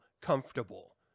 comfortable